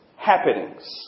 Happenings